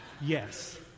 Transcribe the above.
Yes